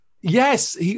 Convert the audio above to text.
Yes